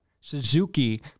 Suzuki